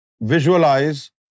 visualize